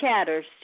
chatters